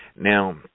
Now